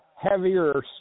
heavier